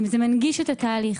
זה מנגיש את התהליך,